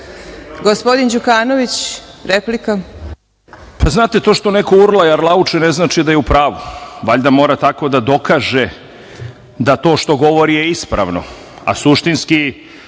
**Vladimir Đukanović** Pa znate, to što neko urla i arlauče, ne značida je u pravu. Valjda mora tako da dokaže da to što govori je ispravno, a suštinski,